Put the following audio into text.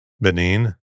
Benin